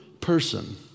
person